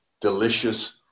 delicious